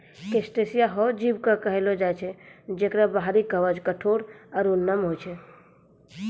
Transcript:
crustacea हो जीव कॅ कहलो जाय छै जेकरो बाहरी कवच कठोर आरो नम्य होय छै